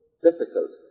difficult